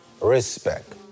Respect